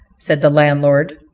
said the landlord,